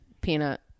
peanut